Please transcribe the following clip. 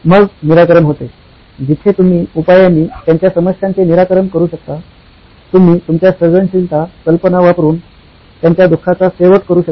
मग निराकरण होते जिथे तुम्ही उपायांनी त्यांच्या समस्यांचे निराकरण करू शकता तुम्ही तुमच्या सर्जनशीलता कल्पना वापरून त्यांच्या दुःखाचा शेवट करू शकता